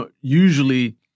usually